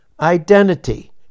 identity